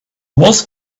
was